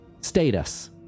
Status